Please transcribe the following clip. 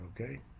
okay